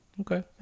Okay